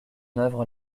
œuvre